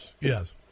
yes